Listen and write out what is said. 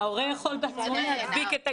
הורה יכול בעצמו להדביק את הגננת.